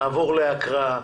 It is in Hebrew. נעבור להקראה.